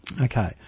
Okay